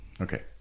Okay